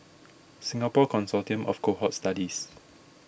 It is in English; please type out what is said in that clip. Singapore Consortium of Cohort Studies